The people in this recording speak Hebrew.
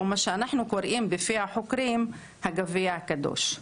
או מה שאנחנו קוראים בפי החוקרים "הגביע הקדוש".